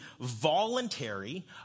voluntary